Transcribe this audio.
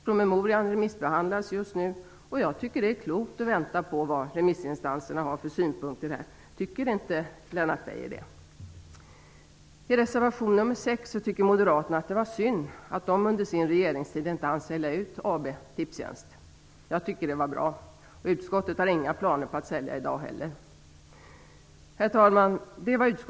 Promemorian remissbehandlas just nu, och jag tycker att det är klokt att vänta på de synpunkter som remissinstanserna har. Tycker inte Lennart Beijer det? I reservation nr 6 skriver moderaterna att det var synd att de under sin regeringstid inte hann sälja ut AB Tipstjänst. Jag tycker att det var bra, och utskottet har inte heller i dag några planer på att sälja företaget. Herr talman!